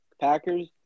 Packers